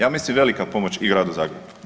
Ja mislim velika pomoć i Gradu Zagrebu.